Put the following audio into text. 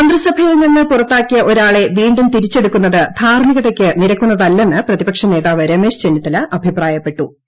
മുന്തിസഭയിൽ നിന്ന് പുറത്താക്കിയ ഒരാളെ വീണ്ടും തിരിച്ചെടുക്കുന്നത് ധാർമ്മികതയ്ക്ക് നിരക്കുന്നതല്ലെന്ന് പ്രതിപക്ഷ നേതാവ് രമേശ് ചെന്നിത്തല അഭിപ്രായപ്പെട്ടു